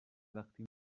وقتی